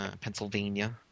Pennsylvania